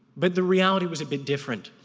but the reality was a bit different.